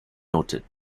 noted